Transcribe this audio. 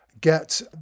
get